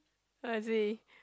oh I see